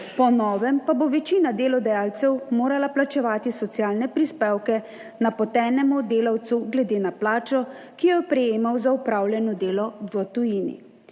po novem pa bo večina delodajalcev morala plačevati socialne prispevke napotenemu delavcu glede na plačo, ki jo je prejemal za opravljeno delo v tujini.